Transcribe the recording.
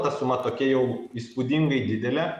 ta suma tokia jau įspūdingai didelė